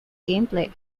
gameplay